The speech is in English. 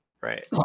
right